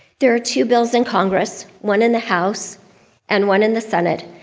there are two bills in congress, one in the house and one in the senate,